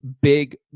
big